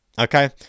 Okay